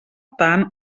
tant